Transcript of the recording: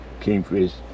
Kingfish